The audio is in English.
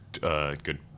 good